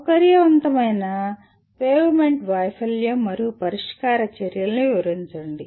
సౌకర్యవంతమైన పేవ్మెంట్ వైఫల్యం మరియు పరిష్కార చర్యలను వివరించండి